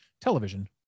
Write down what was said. television